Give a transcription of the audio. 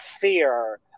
fear